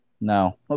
No